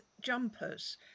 jumpers